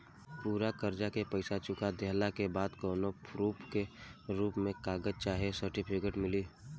पूरा कर्जा के पईसा चुका देहला के बाद कौनो प्रूफ के रूप में कागज चाहे सर्टिफिकेट मिली?